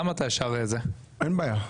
למה אתה ישר --- אין בעיה.